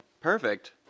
Perfect